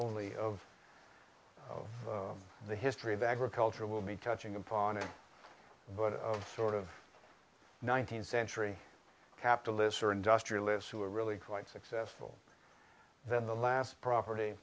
only of of the history of agriculture will be touching upon it but of sort of nineteenth century capitalists or industrialists who are really quite successful then the last property